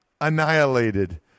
annihilated